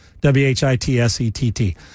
W-H-I-T-S-E-T-T